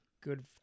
good